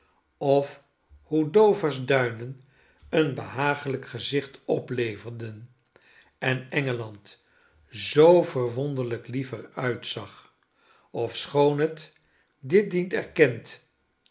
of hoe dover's duinen een behaaglijk gezicht opleverden en engeland zoo verwonderlijk lief er uitzag ofschoon het dit dient erkend